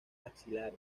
axilares